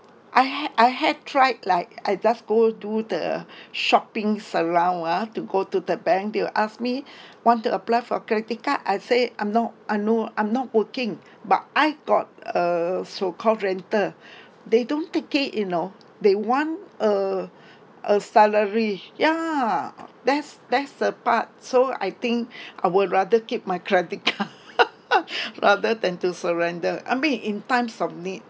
I had I had tried like I just go do the shoppings around ah to go to the bank they will ask me want to apply for a credit card I said I'm not I'm no I'm not working but I got uh so-called rental they don't take it you know they want uh a salary ya that's that's the part so I think I will rather keep my credit card rather than to surrender I mean in times of need